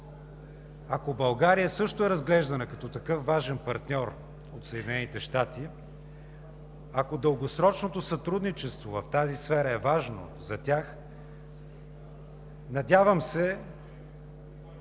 Ако България също е разглеждана като такъв важен партньор от Съединените щати, ако дългосрочното сътрудничество в тази сфера е важно за тях, надявам се,